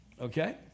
Okay